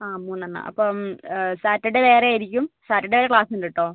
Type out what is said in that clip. ആ മൂന്ന് എണ്ണം അപ്പം സാറ്റർഡേ വേറെ ആയിരിക്കും സാറ്റർഡേ വരെ ക്ലാസ്സ് ഉണ്ട് കേട്ടോ